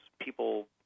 people